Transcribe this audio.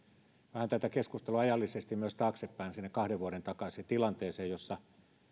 tätä keskustelua ajallisesti vähän taaksepäin sinne kahden vuoden takaiseen tilanteeseen jossa